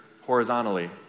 horizontally